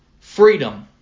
freedom